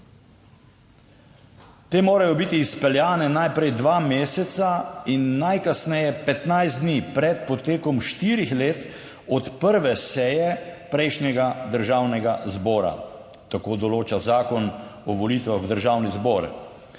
Te morajo biti izpeljane najprej dva meseca in najkasneje 15 dni pred potekom štirih let od prve seje prejšnjega državnega zbora: tako določa Zakon o volitvah v državni zbor.